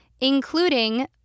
including